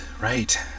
Right